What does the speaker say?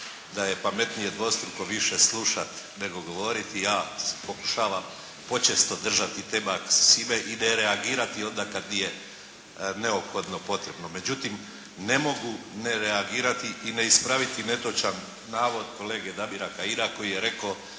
da je pametnije dvostruko više slušati nego govoriti. Ja se pokušavam počesto držati te maksime i ne reagirati onda kad nije neophodno potrebno. Međutim ne mogu ne reagirati i ne ispraviti netočan navod kolege Damira Kajina koji je rekao